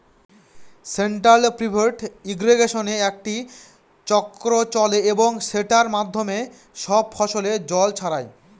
central pivot ইর্রিগেশনে একটি চক্র চলে এবং সেটার মাধ্যমে সব ফসলে জল ছড়ায়